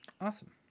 Awesome